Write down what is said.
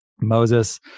Moses